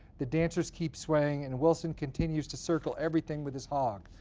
the dancers keep swaying, and wilson continues to circle everything with his hog.